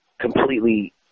completely